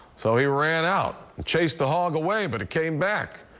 so he ran out chase the hog away but it came back.